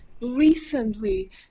Recently